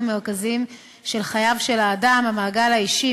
המרכזיים של חיי האדם: המעגל האישי,